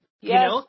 Yes